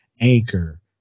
Anchor